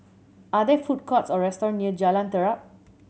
are there food courts or restaurant near Jalan Terap